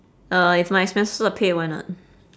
uh if my expenses were paid why not